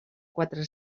quatre